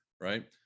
right